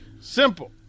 Simple